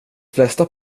flesta